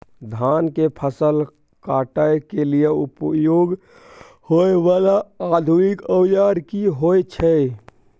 धान के फसल काटय के लिए उपयोग होय वाला आधुनिक औजार की होय छै?